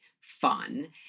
fun